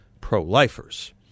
pro-lifers